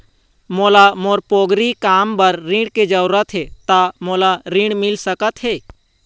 मोला मोर पोगरी काम बर ऋण के जरूरत हे ता मोला ऋण मिल सकत हे?